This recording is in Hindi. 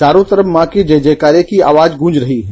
चारों तरफ माँ के जय जयकारे की आवाज गूँज रही है